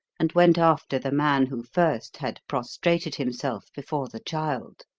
and went after the man who first had prostrated himself before the child.